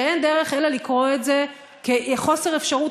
שאין דרך אלא לקרוא את זה כחוסר אפשרות